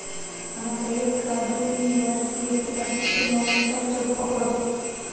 మన credit card pin ఎవ్వరికీ ఎట్టి పరిస్థితుల్లోనూ అస్సలు చెప్పకూడదు